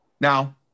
Now